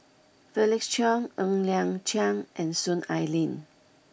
Felix Cheong Ng Liang Chiang and Soon Ai Ling